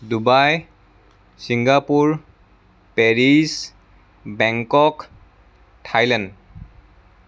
Dubai Singapore Paris Bangkok Thailand